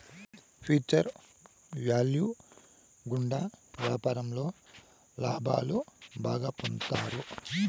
future value గుండా వ్యాపారంలో లాభాలు బాగా పొందుతారు